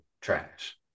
trash